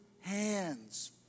hands